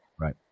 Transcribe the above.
right